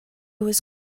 was